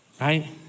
right